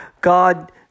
God